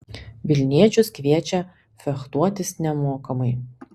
vilniečius kviečia fechtuotis nemokamai